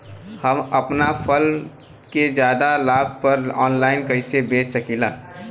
हम अपना फसल के ज्यादा लाभ पर ऑनलाइन कइसे बेच सकीला?